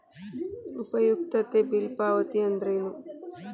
ಉಪಯುಕ್ತತೆ ಬಿಲ್ ಪಾವತಿ ಅಂದ್ರೇನು?